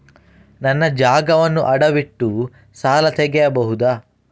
ನನ್ನ ಜಾಗವನ್ನು ಅಡವಿಟ್ಟು ಸಾಲ ತೆಗೆಯಬಹುದ?